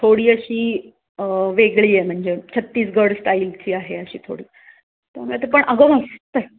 थोडी अशी वेगळी आहे म्हणजे छत्तीसगड स्टाईलची आहे अशी थोडी तर पण अगं मस्त आहे